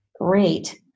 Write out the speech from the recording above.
Great